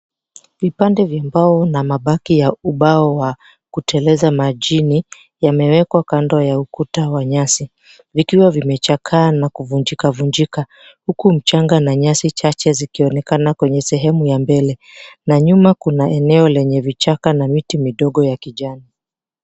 Vipande vya mbao na mabaki ya kuteleza majini yamewekwa kando ya ukuta wa nyasi vikiwa vimechakaa na kuvunjikavunjika huku mchanga na nyasi chache zikionekana kwenye sehemu ya mbele na nyuma kuna eneo lenye vichaka na miti midogo ya kijani.